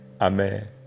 Amen